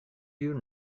you